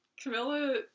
Camilla